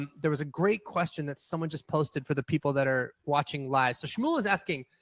there was a great question that someone just posted for the people that are watching live. so, shmuel's asking,